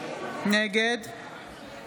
נגד